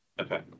Okay